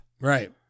Right